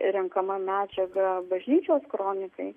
renkama medžiaga bažnyčios kronikai